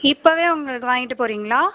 இப்போவே உங்களுக்கு வாங்கிட்டு போகிறீங்களா